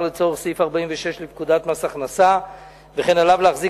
לצורך סעיף 46 לפקודת מס הכנסה וכן עליו להחזיק